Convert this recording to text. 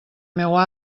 meua